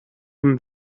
him